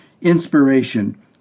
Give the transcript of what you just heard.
inspiration